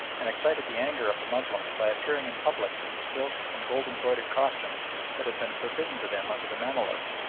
and excited the anger of the moslems by appearing in public in the silk and gold-embroidered costumes that had been forbidden to them under the mamaluks.